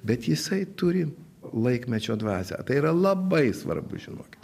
bet jisai turi laikmečio dvasią tai yra labai svarbu žinokit